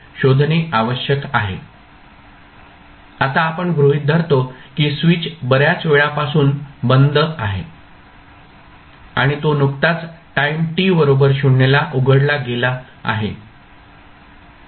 आता आपण गृहित धरतो की स्विच बऱ्याच वेळापासून बंद आहे आणि तो नुकताच टाईम t बरोबर 0 ला उघडला गेला आहे